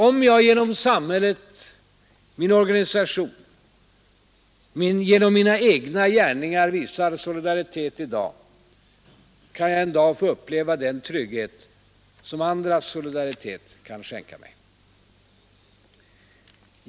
Om jag genom samhället, genom min organisation, genom mina egna gärningar visar solidaritet i dag, kan jag en dag få uppleva den trygghet som andras solidaritet kan skänka mig.